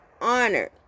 honored